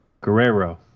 Guerrero